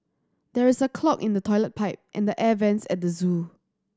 there is a clog in the toilet pipe and the air vents at the zoo